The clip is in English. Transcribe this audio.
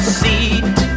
seat